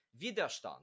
Widerstand